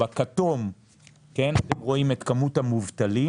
בצבע הכתום רואים את כמות המובטלים,